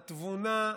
התבונה,